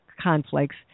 conflicts